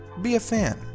be a fan,